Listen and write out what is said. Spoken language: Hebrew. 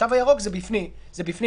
התו הירוק זה בפנים גם,